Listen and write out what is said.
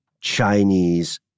Chinese